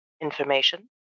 information